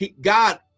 God